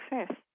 success